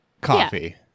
coffee